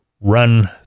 Run